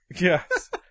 Yes